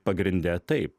pagrinde taip